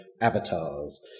avatars